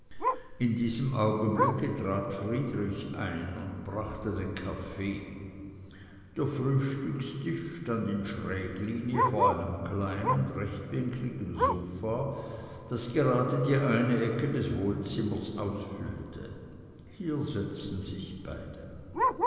in diesem augenblick trat friedrich ein und brachte den kaffee der frühstückstisch stand in schräglinie vor einem meinen rechtwinkligen sofa das gerade die eine ecke des wohnzimmers ausfüllte hier setzten sich beide